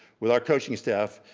with our coaching staff,